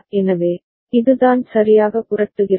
எனவே இதுதான் சரியாக புரட்டுகிறது